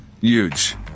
Huge